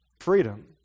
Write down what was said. freedom